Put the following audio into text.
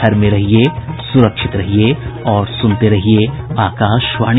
घर में रहिये सुरक्षित रहिये और सुनते रहिये आकाशवाणी